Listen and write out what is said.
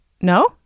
No